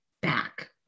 back